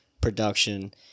production